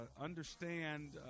understand